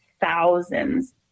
thousands